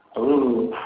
oo,